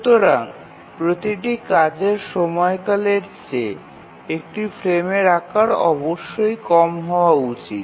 সুতরাং প্রতিটি কাজের সময়কালের চেয়ে একটি ফ্রেমের আকার অবশ্যই কম হওয়া উচিত